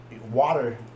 water